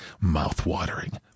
Mouth-watering